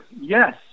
Yes